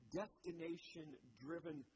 destination-driven